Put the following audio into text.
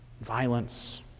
violence